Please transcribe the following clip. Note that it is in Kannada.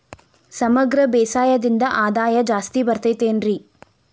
ಸಮಗ್ರ ಬೇಸಾಯದಿಂದ ಆದಾಯ ಜಾಸ್ತಿ ಬರತೈತೇನ್ರಿ?